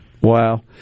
Wow